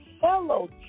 fellow